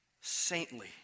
saintly